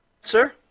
Sir